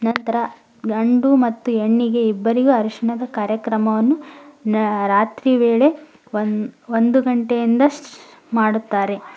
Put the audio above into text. ನಂತರ ಗಂಡು ಮತ್ತು ಹೆಣ್ಣಿಗೆ ಇಬ್ಬರಿಗೂ ಅರಶಿನದ ಕಾರ್ಯಕ್ರಮವನ್ನು ನ ರಾತ್ರಿ ವೇಳೆ ಒಂದು ಒಂದು ಗಂಟೆಯಿಂದ ಶ್ ಮಾಡುತ್ತಾರೆ